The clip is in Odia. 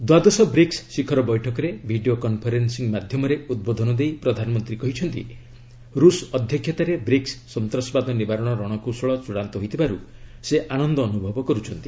ଦ୍ୱାଦଶ ବ୍ରିକ୍କୁ ଶିଖର ବୈଠକରେ ଭିଡ଼ିଓ କନ୍ଫରେନ୍ନିଂ ମାଧ୍ୟମରେ ଉଦ୍ବୋଧନ ଦେଇ ପ୍ରଧାନମନ୍ତ୍ରୀ କହିଛନ୍ତି ରୁଷ ଅଧ୍ୟକ୍ଷତାରେ ବ୍ରିକ୍କୁ ସନ୍ତାସବାଦ ନିବାରଣ ରଣକୌଶଳ ଚୂଡ଼ାନ୍ତ ହୋଇଥିବାରୁ ସେ ଆନନ୍ଦ ଅନୁଭବ କରୁଛନ୍ତି